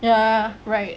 ya right